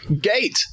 Gate